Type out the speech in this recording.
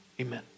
amen